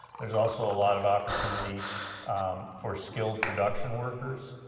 there's also a lot of opportunity for skilled production workers.